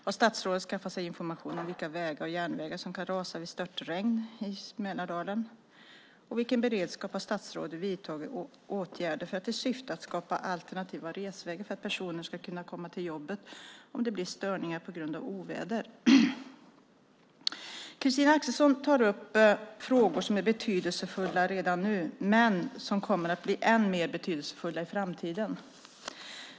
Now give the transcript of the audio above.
Har statsrådet skaffat sig information om vilka vägar och järnvägar som kan rasa vid störtregn i Mälardalen? Vilken beredskap har statsrådet vidtagit åtgärder för i syfte att skapa alternativa resvägar för att personer ska kunna komma till jobbet om det blir störningar på grund av oväder? Christina Axelssons tar upp frågor som är betydelsefulla redan nu men som kommer att bli än mer betydelsefulla i framtiden.